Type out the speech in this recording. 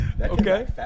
Okay